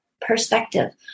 perspective